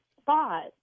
spot